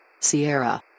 Sierra